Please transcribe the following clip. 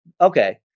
okay